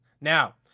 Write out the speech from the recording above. Now